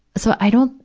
so i don't,